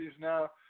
now